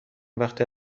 وقتی